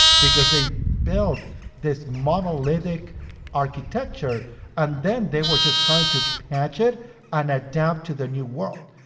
because they built this monolithic architecture and then they were just trying to patch it and adapt to the new world.